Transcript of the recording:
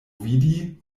vidi